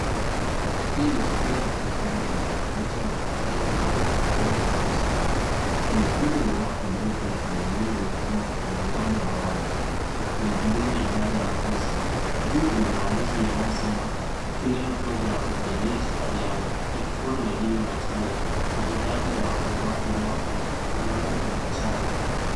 Hii ni skrini kutoka YouTube ikionyesha matangazo ya moja kwa moja ya mazishi. Kuna kundi la watu walioketi na wengine wamesimama kwenye uwanja wa wazi wakihudhuria ibada ya mazishi. Juu kuna maandishi yanayosema; Funeral Program of the late Arianna, yakifuatwa na jina la channel na idadi ya watazamaji wanaotazama mbashara.